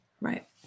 Right